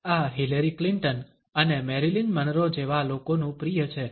આ Hillary Clinton અને Marilyn Monroe જેવા લોકોનુ પ્રિય છે